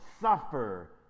suffer